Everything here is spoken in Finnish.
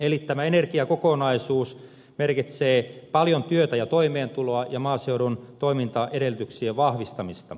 eli tämä energiakokonaisuus merkitsee paljon työtä ja toimeentuloa ja maaseudun toimintaedellytysten vahvistamista